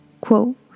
Quote